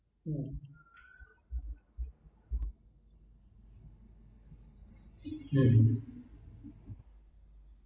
um